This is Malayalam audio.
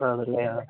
ആണല്ലേ ആ